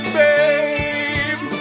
babe